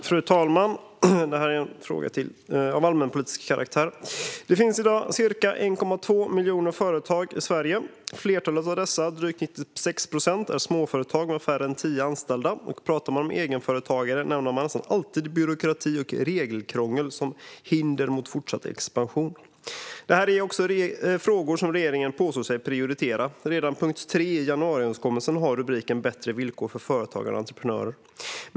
Fru talman! Detta är en fråga av allmänpolitisk karaktär. Det finns i dag ca 1,2 miljoner företag i Sverige. Flertalet av dessa, drygt 96 procent, är småföretag med färre än tio anställda. Pratar man med egenföretagare nämner de nästan alltid byråkrati och regelkrångel som hinder för fortsatt expansion. Det här är också frågor som regeringen påstår sig prioritera. Redan punkt 3 i januariöverenskommelsen har rubriken Bättre villkor för företagande och entreprenörer.